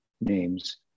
names